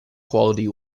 quality